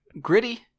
Gritty